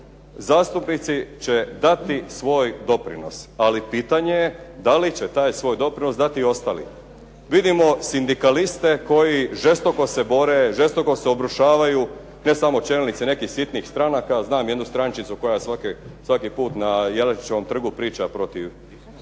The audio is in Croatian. Zastupnici će dati svoj doprinos, ali pitanje je da li će taj svoj doprinos dati i ostali. Vidimo sindikaliste koji žestoko se bore, žestoko se obrušavaju ne samo čelnici nekih sitnijih stranaka. A znam jednu strančicu koja svaki put na Jelačićevom trgu priča protiv